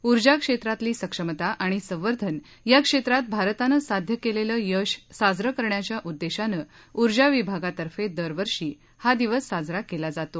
उर्जा क्षेत्रातली सक्षमता आणि संवर्धन या क्षेत्रात भारताने साध्य केलेलं यश साजरं करण्याच्या उद्देशाने उर्जा विभागातफें दर वर्षी हा दिवस साजरा केला जातो